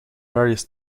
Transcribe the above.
various